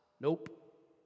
Nope